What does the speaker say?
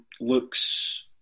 looks